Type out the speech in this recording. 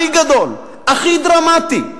הכי גדול, הכי דרמטי,